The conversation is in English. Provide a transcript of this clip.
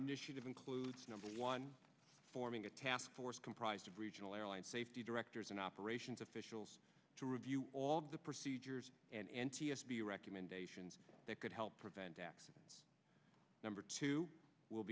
initiative includes number one forming a two asked force comprised of regional airline safety directors and operations officials to review all the procedures and n t s b recommendations that could help prevent accidents number two will